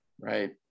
right